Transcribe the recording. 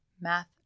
Math